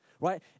right